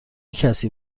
کسی